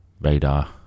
Radar